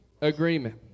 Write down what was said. agreement